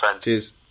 Cheers